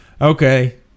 Okay